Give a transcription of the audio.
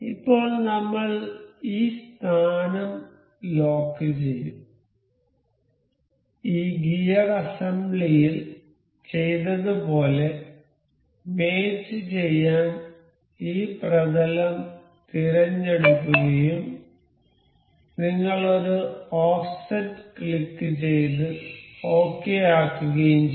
ഇപ്പോൾ നമ്മൾ ഈ സ്ഥാനം ലോക്ക് ചെയ്യും ഈ ഗിയർ അസംബ്ലിയിൽ ചെയ്തതുപോലെ മേറ്റ് ചെയ്യാൻ ഈ പ്രതലം തിരഞ്ഞെടുക്കുകയും നിങ്ങൾ ഒരു ഓഫ്സെറ്റ് ക്ലിക്ക് ചെയ്ത് ഓകെ ആക്കുകയും ചെയ്യും